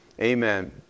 Amen